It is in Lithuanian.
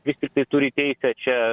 vis tiktai turi teisę čia